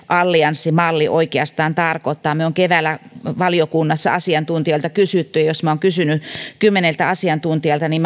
allianssimalli oikeastaan tarkoittaa me olemme keväällä valiokunnassa asiantuntijoilta kysyneet ja jos olen kysynyt kymmeneltä asiantuntijalta niin